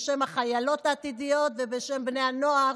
בשם החיילות העתידיות ובשם בני הנוער,